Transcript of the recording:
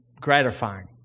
gratifying